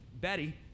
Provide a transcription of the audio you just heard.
Betty